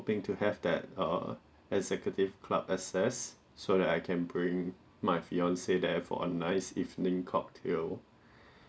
hoping to have that err executive club access so that I can bring my fiance there for a nice evening cocktail